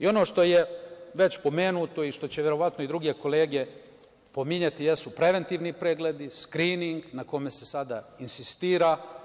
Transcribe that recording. Ono što je već pomenuto i što će verovatno i druge kolege pominjati jesu preventivni pregledi, skrining na kome se sada insistira.